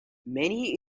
many